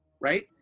right